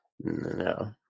No